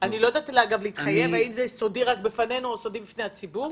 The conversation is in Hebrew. אני לא יודעת להתחייב אם זה סודי רק בפנינו או סודי בפני הציבור.